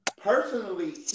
Personally